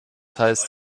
heißt